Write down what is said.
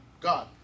God